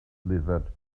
slithered